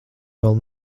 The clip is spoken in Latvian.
vēl